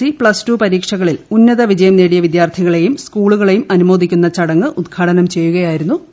C plus two പരീക്ഷകളിൽ ഉന്നത വിജയം നേടിയ വിദ്യാർത്ഥികളെയും സ്കൂളുകളെയും അനുമോദിക്കുന്ന ചടങ്ങ് ഉദ്ഘാടനം ചെയ്യുകയായിരുന്നു മുഖ്യമന്ത്രി